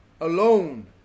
alone